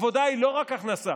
עבודה היא לא רק הכנסה,